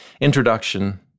introduction